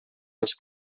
els